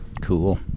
cool